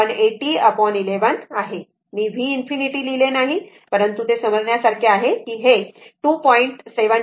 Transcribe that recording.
मी v ∞ लिहिले नाही परंतु हे समजण्यासारखे आहे की 2